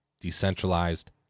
decentralized